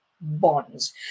Bonds